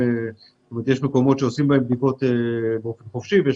יש מקומות שעושים בהם בדיקות באופן חופשי ויש